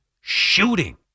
Shooting